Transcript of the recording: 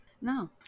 no